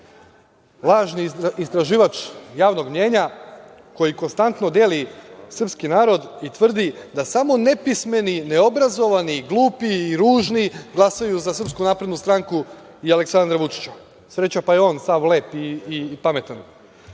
lažni istraživač javnog mnjenja koji konstantno deli srpski narod i tvrdi da samo nepismeni, neobrazovani, glupi i ružni glasaju za SNS i Aleksandra Vučića. Sreća pa je on sav lep i pametan. Samo